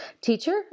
teacher